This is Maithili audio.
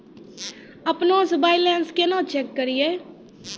अपनों से बैलेंस केना चेक करियै?